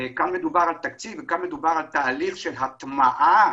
מדובר על תקציב ומדובר על תהליך של הטמעה